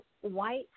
white